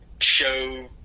show